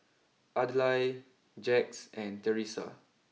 Adlai Jax and Theresa